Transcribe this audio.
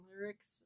lyrics